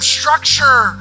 structure